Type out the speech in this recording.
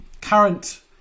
current